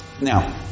Now